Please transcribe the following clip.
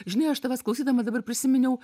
žinai aš tavęs klausydama dabar prisiminiau